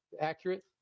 accurate